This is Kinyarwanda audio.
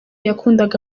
yakundaga